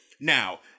Now